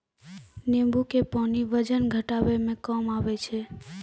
नेंबू के पानी वजन घटाबै मे काम आबै छै